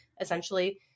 essentially